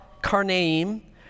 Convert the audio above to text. Karnaim